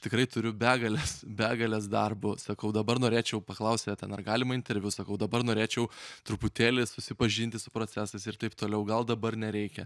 tikrai turiu begales begales darbo sakau dabar norėčiau paklausti ten ar galima interviu sakau dabar norėčiau truputėlį susipažinti su procesais ir taip toliau gal dabar nereikia